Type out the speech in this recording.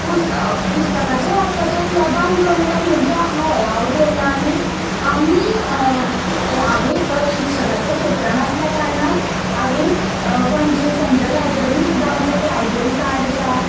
पुस्तक पुस्तकाचे वाचपाचे क्लबान जोडल्यात म्हणजे हय हांव जोडलां आनी आमी हांव एक शिक्षकाच्या क्षेत्रान आसल्या कारणान हांवेंन पणजे सेंट्रल लायब्ररीन सुद्दां म्हाजें लायब्ररी कार्ड आसा